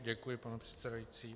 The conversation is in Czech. Děkuji, pane předsedající.